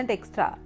Extra